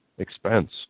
expense